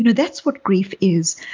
and that's what grief is.